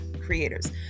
creators